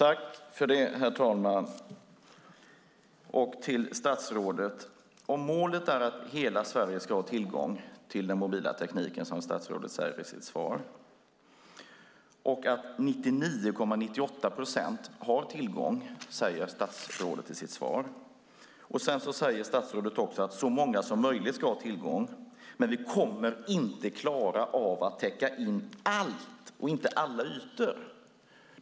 Herr talman! Målet är att hela Sverige ska ha tillgång till den mobila tekniken, som statsrådet säger i sitt svar. 99,98 procent har tillgång, säger statsrådet i sitt svar. Sedan säger statsrådet att så många som möjligt ska ha tillgång men att vi inte kommer att klara av att täcka in allt och alla ytor.